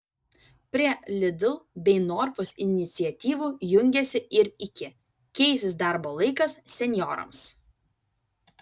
prie lidl bei norfos iniciatyvų jungiasi ir iki keisis darbo laikas senjorams